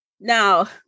Now